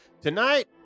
Tonight